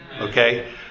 okay